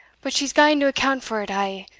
but she's gaen to account for it a',